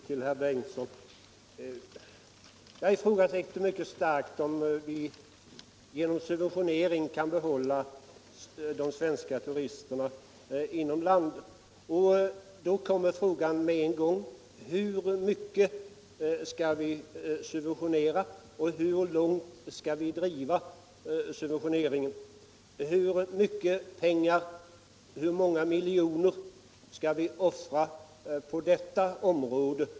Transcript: Herr talman! Bara några ord till herr förste vice talmannen Bengtson. Jag ifrågasätter mycket starkt om vi genom subventionering kan behålla de svenska turisterna inom landet. Och med en gång uppstår frågan: Hur mycket skall vi subventionera och hur långt skall vi driva subventioneringen? Hur många miljoner skall vi offra på detta område?